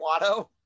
Watto